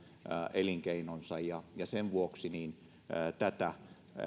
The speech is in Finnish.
elinkeinonsa sen vuoksi